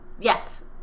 Yes